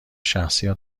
شخصی